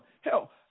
Hell